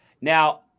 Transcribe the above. Now